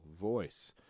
voice